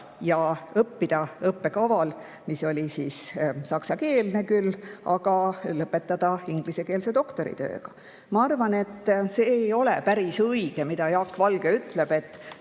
ja õppida õppekaval, mis oli küll saksakeelne, aga lõpetada ingliskeelse doktoritööga. Ma arvan, et see ei ole päris õige, mida Jaak Valge ütleb, et